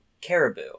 caribou